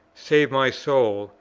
save my soul,